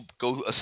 go